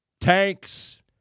tanks